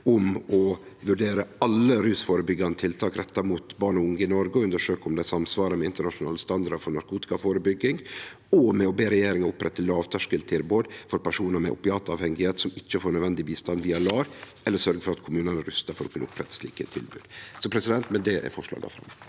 om å vurdere alle rusførebyggjande tiltak retta mot barn og unge i Noreg og undersøke om dei samsvarar med internasjonale standardar for narkotikaførebygging, og om å be regjeringa opprette lågterskeltilbod for personar med opiatavhengigheit som ikkje får nødvendig bistand via LAR, eller sørgje for at kommunane er rusta for å kunne opprette slike tilbod. Med det er forslaga fremja.